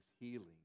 healing